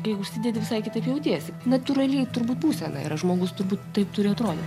kai užsidedi visai kitaip jautiesi natūraliai turbūt būsena yra žmogus turbūt taip turi atrodyt